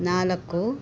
ನಾಲ್ಕು